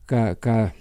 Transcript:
ką ką